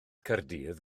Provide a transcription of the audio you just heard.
caerdydd